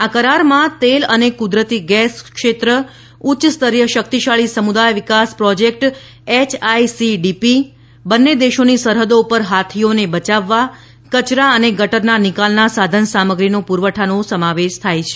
આ કરારમાં તેલ અને કુદરતી ગેસ ક્ષેત્ર ઉચ્ય સ્તરીય શક્તિશાળી સમુદાય વિકાસ પ્રોજેક્ટ એયઆઈસીડીપી બંને દેશોની સરહદો પર હાથીઓને બચાવવા કચરા અને ગટરના નિકાલના સાધનસામગ્રીનો પુરવઠાનો સમાવેશ થાય છે